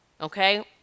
okay